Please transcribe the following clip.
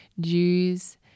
Jews